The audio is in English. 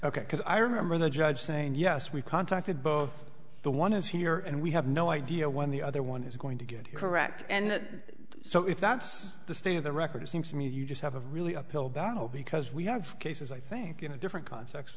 because i remember the judge saying yes we contacted both the one is here and we have no idea when the other one is going to get it correct and so if that's the state of the record it seems to me you just have a really a pill bottle because we have cases i think in a different context